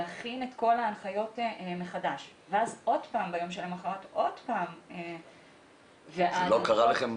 להכין את כל ההנחיות מחדש וביום שלמוחרת שוב הנחיות חדשות.